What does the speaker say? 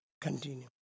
continue